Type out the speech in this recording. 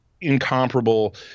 Incomparable